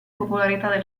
popolarità